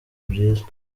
byiza